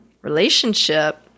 relationship